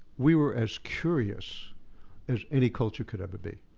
we were as curious as any culture could ever be.